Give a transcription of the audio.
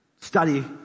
study